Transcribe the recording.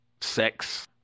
sex